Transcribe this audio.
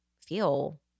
feel